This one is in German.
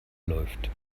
läuft